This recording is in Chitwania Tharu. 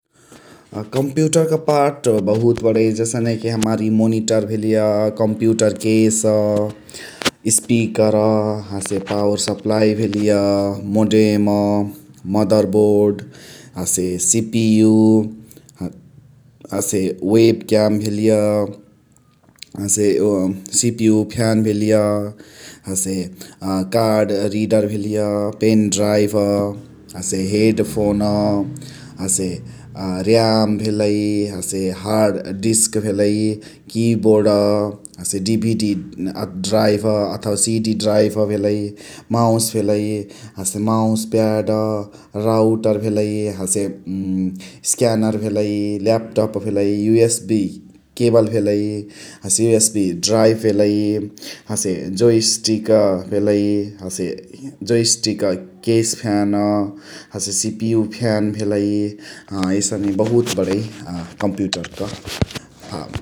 कम्पुटरक पार्त बहुत बणै जसने कि हमार इ मोनिटोर भेलिय, कम्पुटरा केस, स्पिकरा । हसे पावर सप्प्लाई भेलिय, इअ मोडेम्, मदर बोर्द्, हसे सिपियु । हसे वेब क्याम भेलिय । हसे सिपियु फ्यान भेलिय । हसे कार्ड रिडर भेलिय । पेन ड्राइभ्, हसे हेडफोन्, हसे र्याम भेलइ । हसे हार्ड डिस्क भेलइ । किबोर्ड्, हसे डिभिडी ड्राइभ अथवा सिडी ड्राइभ भेलइ । माउस भेलइ, हसे माउस प्याड्, राउटर भेलइ । हसे स्क्यानर भेलइ, ल्याप्टप भेलइ । युसबी केबल भेलइ । हसे युसबी ड्राइभ भेलइ । हसे जोए स्टिक भेलइ । हसे जोए स्टिक्, केस फ्यान । हसे सिपियु फ्यान भेलइ । अ एसने बहुत बणइ ।